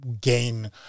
gain